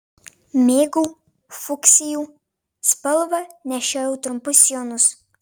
mėgau fuksijų spalvą nešiojau trumpus sijonus